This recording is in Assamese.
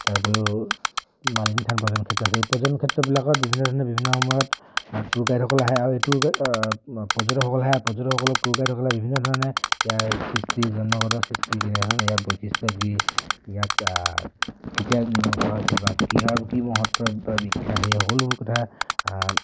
তাৰ উপৰিও মালিনী থান পৰ্যটন ক্ষেত্ৰ আছে এই পৰ্যটন ক্ষেত্ৰবিলাকত বিভিন্ন ধৰণে বিভিন্ন সময়ত টুৰ গাইডসকল আহে আৰু এই টুৰ গাইড পৰ্যটকসকল আহে পৰ্যটকসকলক টুৰ গাইডসকলে বিভিন্ন ধৰণে ইয়াৰ সৃষ্টি জন্মগত সৃষ্টি কেনেধৰণৰ ইয়াৰ বৈশিষ্ট কি ইয়াক কেতিয়া নিৰ্মাণ কৰা হৈছিল বা কি আৰু কি মহত্ব বিখ্যাত এই সকলোবোৰ কথা